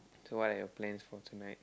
so I have plans for tonight